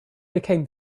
became